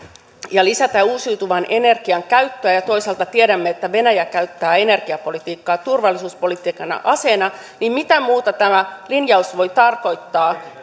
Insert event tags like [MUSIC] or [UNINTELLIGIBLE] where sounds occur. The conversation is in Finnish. ja lisätä uusiutuvan energian käyttöä ja toisaalta tiedämme että venäjä käyttää energiapolitiikkaa turvallisuuspolitiikan aseena niin mitä muuta tämä linjaus voi tarkoittaa [UNINTELLIGIBLE]